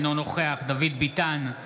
אינו נוכח דוד ביטן,